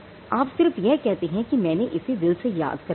आप सिर्फ यह कहते हैं कि मैंने इसे दिल से याद कर लिया है